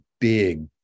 big